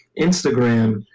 Instagram